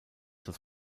das